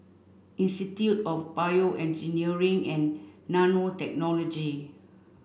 institute of BioEngineering and Nanotechnology